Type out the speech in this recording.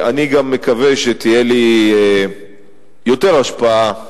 אני גם מקווה שתהיה לי יותר השפעה.